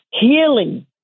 healing